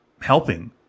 helping